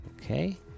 okay